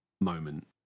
moment